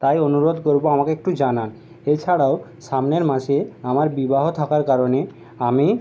তাই অনুরোধ করবো আমাকে একটু জানান এছাড়াও সামনের মাসে আমার বিবাহ থাকার কারণে আমি